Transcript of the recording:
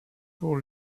pour